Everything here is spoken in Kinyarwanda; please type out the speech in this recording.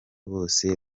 bose